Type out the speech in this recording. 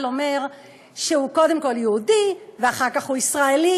אומר שהוא קודם כול יהודי ואחר כך הוא ישראלי.